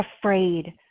afraid